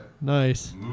Nice